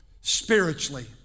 spiritually